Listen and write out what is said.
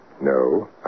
No